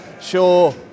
sure